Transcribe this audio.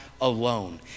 alone